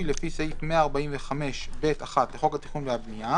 לפי סעיף 145(ב1) לחוק התכנון והבנייה